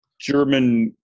german